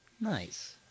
Nice